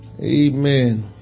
Amen